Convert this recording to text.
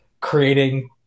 creating